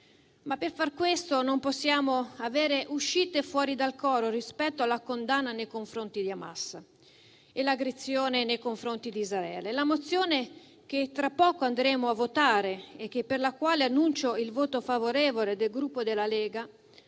Ma per far questo, non possiamo avere uscite fuori dal coro rispetto alla condanna nei confronti di Hamas e l'aggressione nei confronti di Israele. La mozione che tra poco andremo a votare e sulla quale annuncio il voto favorevole del Gruppo Lega,